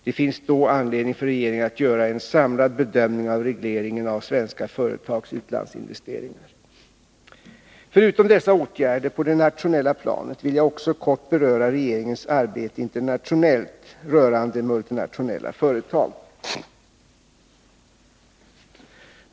Det finns då anledning för regeringen att göra en Förutom dessa åtgärder på det nationella planet vill jag också kort beröra regeringens arbete internationellt rörande multinationella företag.